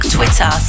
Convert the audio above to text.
Twitter